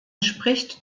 spricht